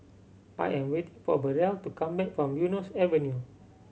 I am waiting for Burrell to come back from Eunos Avenue